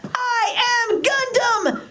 i am gundam!